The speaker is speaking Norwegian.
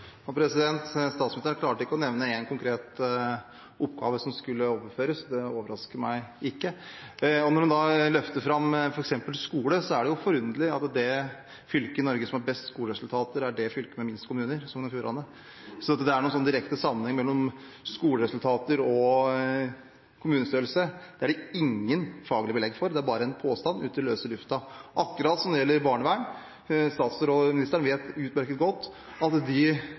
Statsministeren klarte ikke å nevne én konkret oppgave som skulle overføres. Det overrasker meg ikke. Når man løfter fram f.eks. skole, er det forunderlig at det fylket i Norge som har best skoleresultater, er fylket med de minste kommunene, Sogn og Fjordane. Så at det er noen direkte sammenheng mellom skoleresultater og kommunestørrelse, er det ingen faglige belegg for. Det er bare en påstand ut i løse lufta, akkurat som med barnevernet – statsministeren vet utmerket godt at de